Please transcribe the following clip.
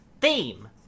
Theme